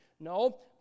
No